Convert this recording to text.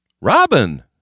Robin